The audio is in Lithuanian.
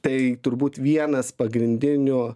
tai turbūt vienas pagrindinių